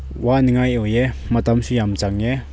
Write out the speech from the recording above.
ꯋꯥꯅꯤꯡꯉꯥꯏ ꯑꯣꯏꯌꯦ ꯃꯇꯝꯁꯨ ꯌꯥꯝ ꯆꯪꯉꯦ